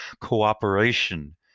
cooperation